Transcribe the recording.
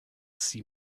see